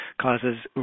causes